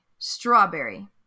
Strawberry